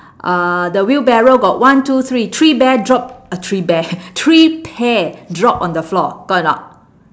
uh the wheelbarrow got one two three three bear drop uh three bear three pear drop on the floor got or not